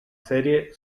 serie